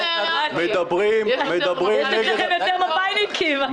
יש אצלכם יותר מפא"יניקים.